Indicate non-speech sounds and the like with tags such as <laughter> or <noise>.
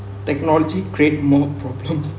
technology create more <laughs> problems